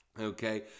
okay